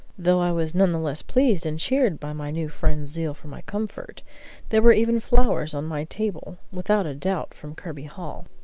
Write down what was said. though i was none the less pleased and cheered by my new friend's zeal for my comfort there were even flowers on my table, without a doubt from kirby hall.